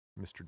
Mr